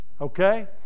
Okay